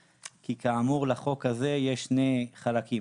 כי כאמור לחוק הזה יש שני חלקים,